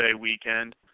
weekend